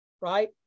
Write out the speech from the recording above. right